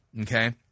okay